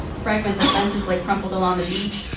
fragments of fences lay crumpled along the beach.